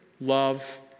love